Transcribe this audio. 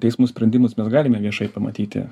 teismų sprendimus mes galime viešai pamatyti